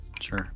Sure